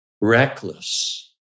reckless